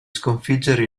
sconfiggere